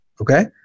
Okay